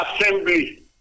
Assembly